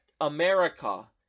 America